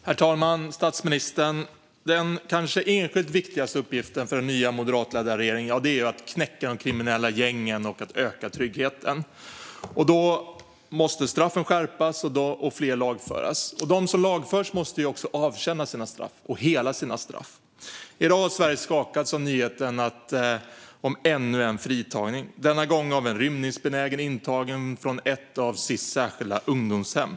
Herr talman! Den kanske enskilt viktigaste uppgiften för den nya moderatledda regeringen är att knäcka de kriminella gängen och öka tryggheten. Då måste straffen skärpas och fler lagföras. De som lagförs måste också avtjäna sina straff - hela sina straff. I dag har Sverige skakats av nyheten om ännu en fritagning. Denna gång handlar det om en rymningsbenägen intagen från ett av Sis särskilda ungdomshem.